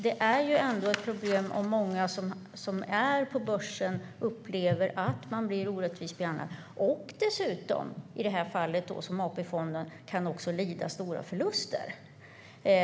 Det är ett problem om många på börsen upplever att de blir orättvist behandlade och dessutom, som i fallet med Första AP-fonden, kan lida stora förluster.